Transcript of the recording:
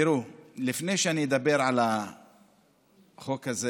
תראו, לפני שאני אדבר על החוק הזה